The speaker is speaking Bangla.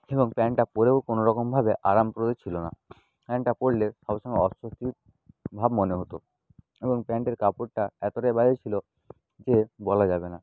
এবং প্যান্টটা পরেও কোনো রকমভাবে আরাম প্রয়ো ছিলো না প্যান্টটা পরলে সব সময় অস্বস্তি ভাব মনে হতো এবং প্যান্টের কাপড়টা এতোটাই বাজে ছিলো যে বলা যাবে না